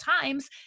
times